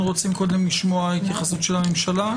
רוצים קודם לשמוע התייחסות של הממשלה?